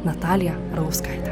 natalija arlauskaite